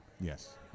Yes